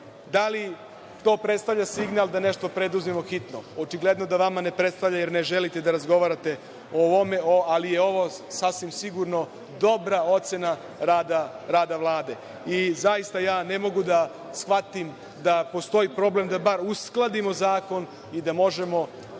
Da li to predstavlja signal da nešto preduzmemo hitno? Očigledno da vama ne predstavlja, jer ne želite da razgovarate o ovome. Ali, je ovo sasvim sigurno dobra ocena rada Vlade. Zaista, ja ne mogu da shvatim da postoji problem da bar uskladimo zakon i da možemo